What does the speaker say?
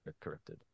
corrupted